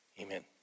Amen